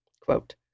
Quote